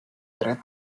dret